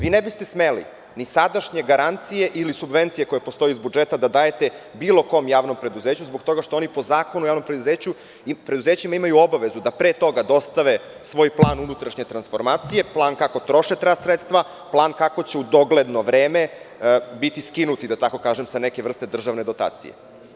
Vi ne biste smeli ni sadašnje garancije ili subvencije koje postoje iz budžeta da dajete bilo kom javnom preduzeću zbog toga što oni po Zakonu o javnim preduzećima imaju obavezu da pre toga dostave svoj plan unutrašnje transformacije, plan kako troše ta sredstva, plan kako će u dogledno vreme, biti skinuti, da tako kažem, sa neke vrste državne dotacije.